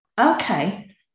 okay